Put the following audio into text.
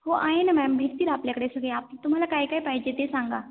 हो आहे ना मॅम भेटतील आपल्याकडे सगळे आप तुम्हाला काय काय पाहिजे ते सांगा